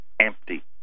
empty